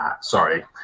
sorry